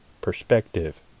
perspective